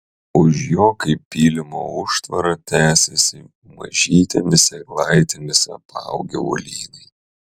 už jo kaip pylimo užtvara tęsėsi mažytėmis eglaitėmis apaugę uolynai